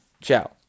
Ciao